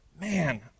Man